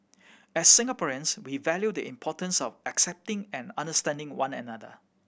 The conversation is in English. as Singaporeans we value the importance of accepting and understanding one another